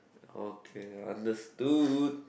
okay understood